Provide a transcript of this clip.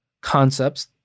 concepts